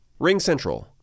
RingCentral